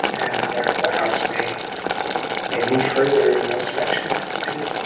and the house may may move further in those directions. we'll see.